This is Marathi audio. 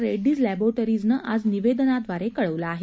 रेड्डीज लक्षिरेटरीजनं आज निवेदनाद्वारे कळवलं आहे